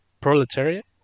Proletariat